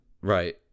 Right